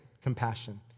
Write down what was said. compassion